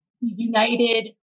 united